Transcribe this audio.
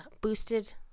boosted